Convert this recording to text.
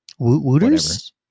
Wooters